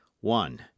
one